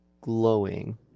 glowing